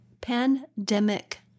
pandemic